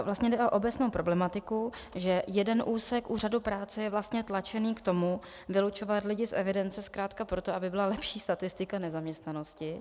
Vlastně jde o obecnou problematiku, že jeden úsek úřadu práce je vlastně tlačen k tomu vylučovat lidi z evidence zkrátka proto, aby byla lepší statistika nezaměstnanosti.